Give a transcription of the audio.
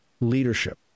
leadership